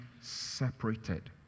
separated